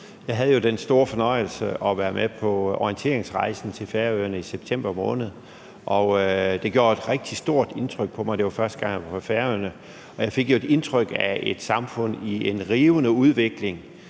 Jeg havde jo den store fornøjelse at være med på orienteringsrejsen til Færøerne i september måned. Det gjorde et rigtig stort indtryk på mig. Det var første gang, jeg var på Færøerne. Jeg fik jo et indtryk af et samfund i en rivende udvikling